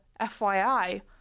FYI